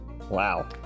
Wow